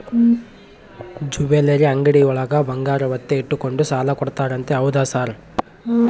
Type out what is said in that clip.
Jewellery ಅಂಗಡಿಯೊಳಗ ಬಂಗಾರ ಒತ್ತೆ ಇಟ್ಕೊಂಡು ಸಾಲ ಕೊಡ್ತಾರಂತೆ ಹೌದಾ ಸರ್?